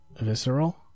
Visceral